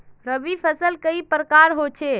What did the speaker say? रवि फसल कई प्रकार होचे?